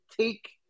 take –